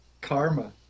karma